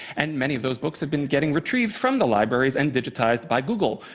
and many of those books have been getting retrieved from the libraries and digitized by google,